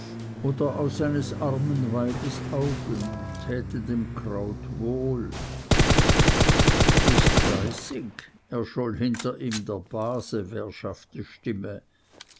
oder aus eines armen weibes augen täte dem kraut wohl bist fleißig erscholl hinter ihm der base währschafte stimme